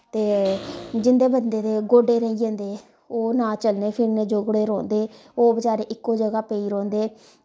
ते जिन्दे बंदे दे गोड्डे रेही जंदे ओह् ना चलने फिरने जोगड़े रौंह्दे ओह् बचारे इक्को जगह पेई रौंहदे